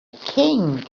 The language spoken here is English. king